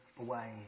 away